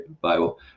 Bible